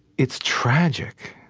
it's tragic,